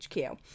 hq